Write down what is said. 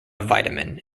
vitamin